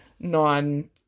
non